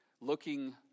Looking